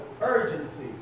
urgency